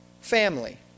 family